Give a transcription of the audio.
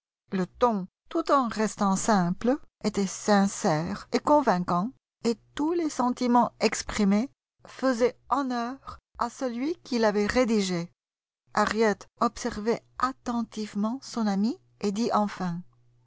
le ton tout en restant simple était sincère et convaincant et tous les sentiments exprimés faisaient honneur à celui qui l'avait rédigée harriet observait attentivement son amie et dit enfin